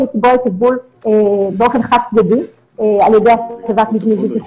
לקבוע את הגבול באופן חד-צדדי על ידי הצבת מבנים בלתי חוקיים,